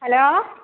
hello